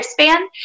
lifespan